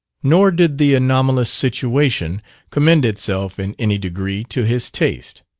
nor did the anomalous situation commend itself in any degree to his taste.